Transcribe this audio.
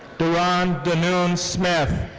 darron danoon smith.